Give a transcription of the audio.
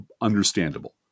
understandable